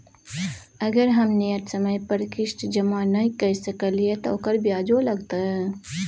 अगर हम नियत समय पर किस्त जमा नय के सकलिए त ओकर ब्याजो लगतै?